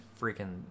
freaking